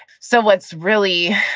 so what's really,